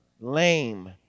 lame